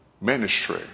ministry